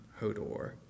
Hodor